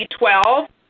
B12